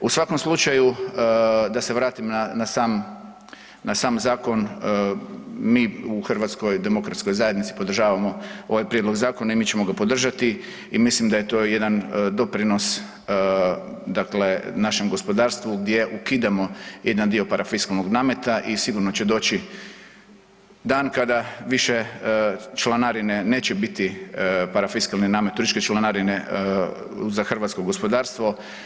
U svakom slučaju, da se vratim na sam zakon, mi u HDZ-u podržavamo ovaj prijedlog zakona i mi ćemo ga podržati i mislim da je to jedan doprinos našem gospodarstvu gdje ukidamo jedan dio parafiskalnog nameta i sigurno će doći dan kad više članarine neće biti parafiskalni namet, turističke članarine za hrvatsko gospodarstvo.